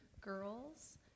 girls